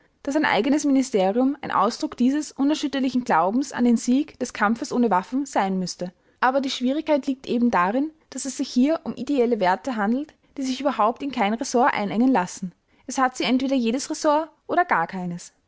daß ein eigenes ministerium ein ausdruck dieses unerschütterlichen glaubens an den sieg des kampfes ohne waffen sein müßte aber die schwierigkeit liegt eben darin daß es sich hier um ideelle werte handelt die sich überhaupt in kein ressort einengen lassen es hat sie entweder jedes ressort oder gar keines